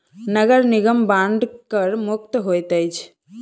नगर निगम बांड कर मुक्त होइत अछि